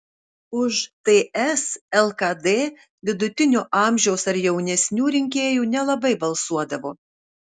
už ts lkd vidutinio amžiaus ar jaunesnių rinkėjų nelabai balsuodavo